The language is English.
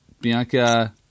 Bianca